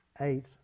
eight